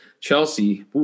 Chelsea